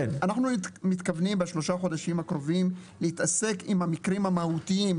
אנחנו מתכוונים בשלושה חודשים הקרובים להתעסק עם המקרים המהותיים,